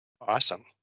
Awesome